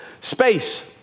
space